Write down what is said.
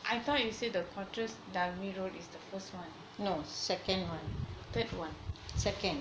I thought you say the quatrace dalvey road is the first one third one